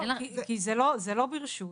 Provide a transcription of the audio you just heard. כי זה לא ברשות,